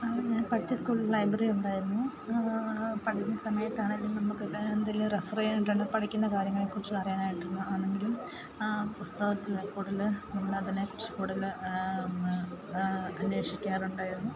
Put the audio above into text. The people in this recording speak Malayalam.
ഞാൻ പഠിച്ച സ്കൂളിൽ ലൈബ്രറി ഉണ്ടായിരുന്നു പഠനസമയത്താണ് ഇത് നമ്മൾക്കുള്ള എന്തെങ്കിലും റെഫെർ ചെയ്യാനായിട്ടാണ് പഠിക്കുന്ന കാര്യങ്ങളെക്കുറിച്ചും അറിയാനായിട്ടാണ് ആണെങ്കിലും പുസ്തകത്തിൽ കൂടുതൽ നമ്മളതിനെ കൂടുതൽ അന്വേഷിക്കാറുണ്ടായിരുന്നു